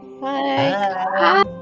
Bye